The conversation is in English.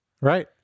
Right